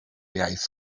iaith